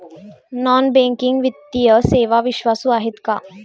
Non banking वित्तीय सेवा विश्वासू आहेत का?